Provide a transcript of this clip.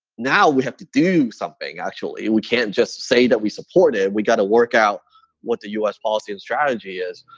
now we have to do something. actually, we can't just say that we support it. we got to work out what the us policy and strategy is,